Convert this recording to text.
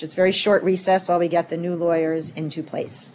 just very short recess while we get the new lawyers into place